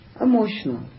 emotional